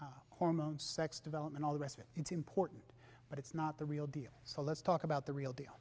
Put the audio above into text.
about hormones sex development all the rest of it it's important but it's not the real deal so let's talk about the real deal